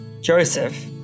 Joseph